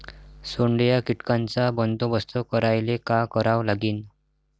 सोंडे या कीटकांचा बंदोबस्त करायले का करावं लागीन?